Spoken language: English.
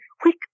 Quick